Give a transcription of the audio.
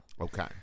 Okay